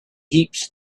heaps